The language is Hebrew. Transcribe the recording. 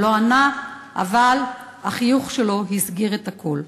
הוא לא ענה, אבל החיוך שלו הסגיר את הכול.